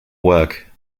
work